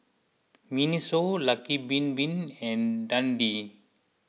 Miniso Lucky Bin Bin and Dundee